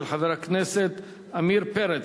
של חבר הכנסת עמיר פרץ.